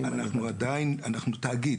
אנחנו תאגיד.